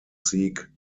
seek